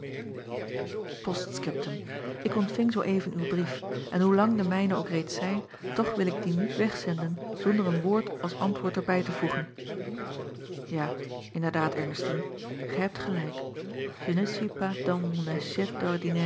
ost scriptum k ontving zoo even uw brief en hoe lang de mijne ook reeds zij toch wil ik dien niet wegzenden zonder een woord als antwoord er bij te voegen a inderdaad rnestine gij hebt gelijk